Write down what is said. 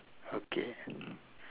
okay